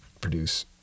produce